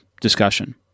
discussion